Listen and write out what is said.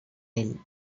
ell